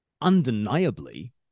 undeniably